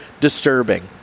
disturbing